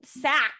sack